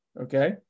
okay